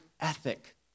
ethic